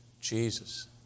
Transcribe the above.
Jesus